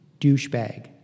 douchebag